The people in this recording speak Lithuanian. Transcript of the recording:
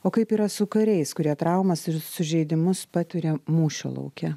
o kaip yra su kariais kurie traumas ir sužeidimus patiria mūšio lauke